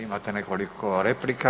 Imate nekoliko replika.